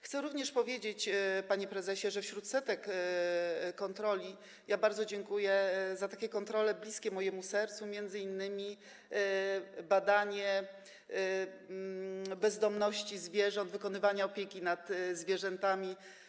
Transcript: Chcę również powiedzieć, panie prezesie, że wśród setek kontroli bardzo dziękuję za kontrole bliskie mojemu sercu, m.in. badanie bezdomności zwierząt, wykonywania opieki nad zwierzętami.